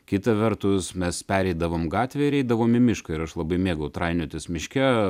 kita vertus mes pereidavom gatvę ir eidavom į mišką ir aš labai mėgau trainiotis miške